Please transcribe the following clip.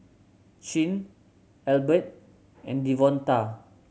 Chin Albert and Devonta